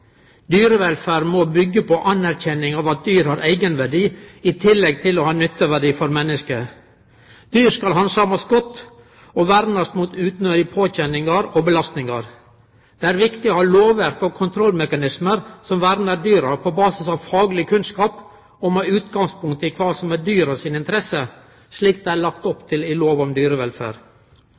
Dyrevelferd må byggje på anerkjenning av at dyr har eigenverdi i tillegg til å ha nytteverdi for mennesket. Dyr skal handsamast godt og vernast mot unødige påkjenningar og belastingar. Det er viktig å ha lovverk og kontrollmekanismar som vernar dyra, på basis av fagleg kunnskap og med utgangspunkt i kva som er i dyras interesser, slik det er lagt opp til i lov om dyrevelferd.